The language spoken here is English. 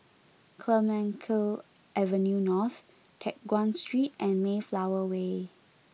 Clemenceau Avenue North Teck Guan Street and Mayflower Way